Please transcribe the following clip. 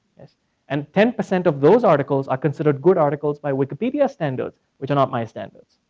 and ten percent of those articles are considered good articles by wikipedia standards, which are not my standards.